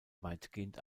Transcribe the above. weitgehend